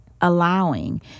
allowing